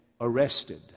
arrested